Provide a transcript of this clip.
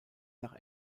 nach